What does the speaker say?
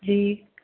जी